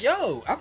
yo